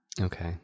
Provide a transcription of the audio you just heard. Okay